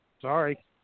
Sorry